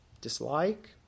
dislike